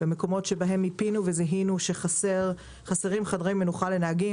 במקומות שבהם מיפינו וזיהינו שחסרים חדרי מנוחה לנהגים,